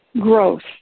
growth